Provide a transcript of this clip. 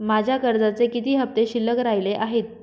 माझ्या कर्जाचे किती हफ्ते शिल्लक राहिले आहेत?